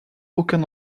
aucun